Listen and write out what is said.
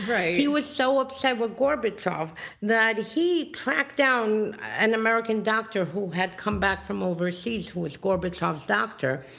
right. he was so obsessed with gorbachev that he tracked down an american doctor who had come back from overseas who was gorbachev's doctor,